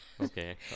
okay